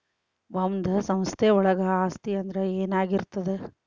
ಒಂದು ಸಂಸ್ಥೆಯೊಳಗ ಆಸ್ತಿ ಅಂದ್ರ ಏನಾಗಿರ್ತದ?